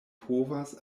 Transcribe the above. povas